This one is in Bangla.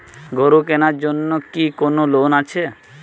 গরু কেনার জন্য কি কোন লোন আছে?